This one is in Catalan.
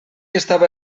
estava